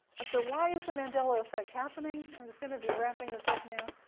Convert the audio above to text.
and so why is the mandela effect happening? i'm just gonna be wrapping this up now,